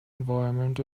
environment